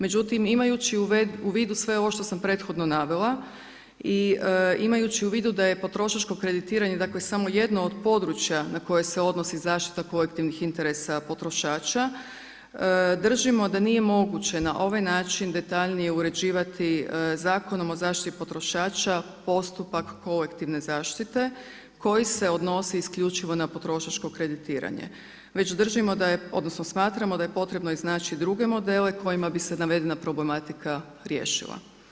Međutim, imajući u vidu sve ovo što sam prethodno navela i imajući u vidu da je potrošačko kreditiranje samo jedno od područja na koje se odnosi zaštita kolektivnih interesa potrošača držimo da nije moguće na ovaj način detaljnije uređivati Zakonom o zaštiti potrošača postupak kolektivne zaštite koji se odnosi isključivo na potrošačko kreditiranje već držimo da je odnosno smatramo da je potrebno iznaći druge modele kojima bi se navedena problematika riješila.